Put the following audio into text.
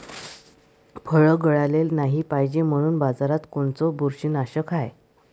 फळं गळाले नाही पायजे म्हनून बाजारात कोनचं बुरशीनाशक हाय?